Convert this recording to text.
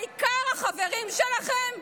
העיקר חברים שלכם?